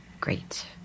Great